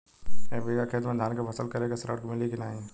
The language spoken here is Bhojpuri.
एक बिघा खेत मे धान के फसल करे के ऋण मिली की नाही?